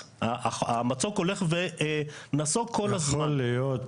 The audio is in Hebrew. בסוף הרגולטור של הרשויות המקומיות הוא משרד הפנים.